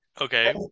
Okay